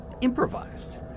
improvised